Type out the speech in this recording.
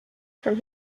from